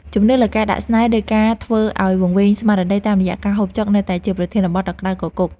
ជំនឿលើការដាក់ស្នេហ៍ ឬការធ្វើឱ្យវង្វេងស្មារតីតាមរយៈការហូបចុកនៅតែជាប្រធានបទដ៏ក្តៅគគុក។